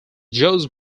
jose